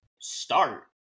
start